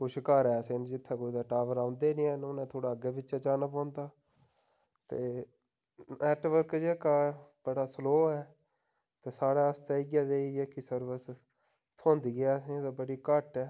कुछ घर ऐसे न जित्थै कुदै टावर औंदे नी हैन उ'नें थोह्ड़ा कुदैं अग्गें पिच्छें जाना पौंदा ते नेटवर्क जेह्का ऐ बड़ा स्लो ऐ ते साढ़े आस्तै इ'यै जेही जेह्की सर्वस थ्होंदी ऐ असें बड़ी घट्ट ऐ